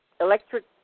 electric